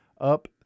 up